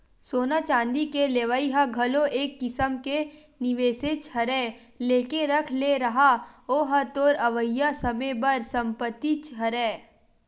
सोना चांदी के लेवई ह घलो एक किसम के निवेसेच हरय लेके रख ले रहा ओहा तोर अवइया समे बर संपत्तिच हरय